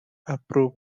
approve